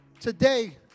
Today